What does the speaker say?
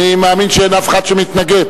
אני מאמין שאין אף אחד שמתנגד.